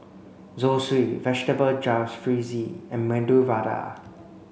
Zosui Vegetable Jalfrezi and Medu Vada